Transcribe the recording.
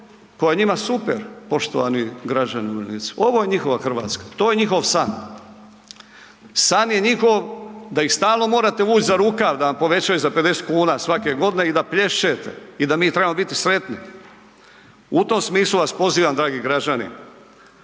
koja je njima super poštovani građani i vojnici, ovo je njihova RH, to je njihov san. San je njihov da ih stalno morate vuć za rukav da vam povećaju za 50,00 kn svake godine i da plješćete i da mi trebamo biti sretni. U tom smislu vas pozivam dragi građani